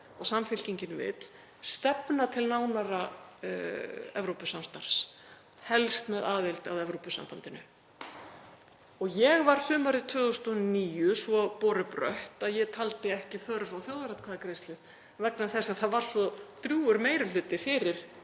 og Samfylkingin vill, stefna til nánara Evrópusamstarfs, helst með aðild að Evrópusambandinu. Ég var sumarið 2009 svo borubrött að ég taldi ekki þörf á þjóðaratkvæðagreiðslu vegna þess að það var svo drjúgur meiri hluti fyrir